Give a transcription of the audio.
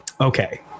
okay